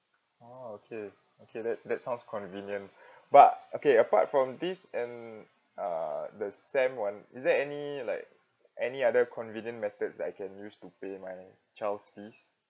oh okay okay that that sounds convenient but okay apart from this and uh the SAM [one] is there any like any other convenient methods that I can use to pay my child's fee